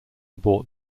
abort